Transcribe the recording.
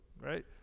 right